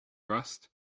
rust